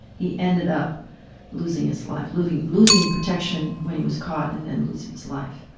he ended up losing his life losing losing protection when he was caught and then losing his life.